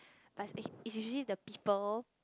but eh it's actually the people